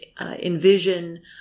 envision